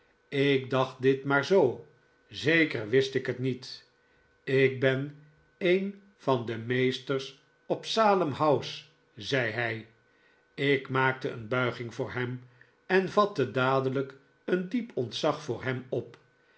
ik dacht dit maar zoo zeker wist ik het niet ik ben een van de meesters op salem house zei hij ik maakte een bulging voor hem en vatte dadelijk een diep ontzag voor hem op